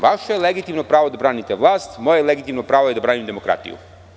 Vaše je legitimno pravo da branite vlast, a moje legitimno pravo je da branim demokratiju.